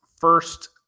first